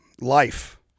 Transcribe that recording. Life